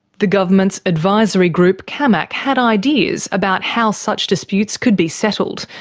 the government's advisory group camac had ideas about how such disputes could be settled,